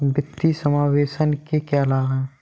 वित्तीय समावेशन के क्या लाभ हैं?